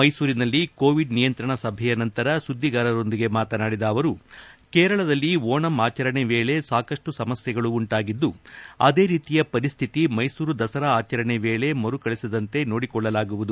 ಮೈಸೂರಿನಲ್ಲಿ ಕೋವಿಡ್ ನಿಯಂತ್ರಣ ಸಭೆಯ ನಂತರ ಸುದ್ದಿಗಾರರೊಂದಿಗೆ ಮಾತನಾಡಿದ ಅವರು ಕೇರಳದಲ್ಲಿ ಓಣಂ ಆಚರಣೆ ವೇಳೆ ಸಾಕಷ್ಟು ಸಮಸ್ಥೆಗಳು ಉಂಟಾಗಿದ್ದು ಅದೇ ರೀತಿಯ ಪರಿಸ್ಥಿತಿ ಮೈಸೂರು ದಸರಾ ಆಚರಣೆ ವೇಳೆ ಮರುಕಳಿಸದಂತೆ ನೋಡಿಕೊಳ್ಳಲಾಗುವುದು